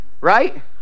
Right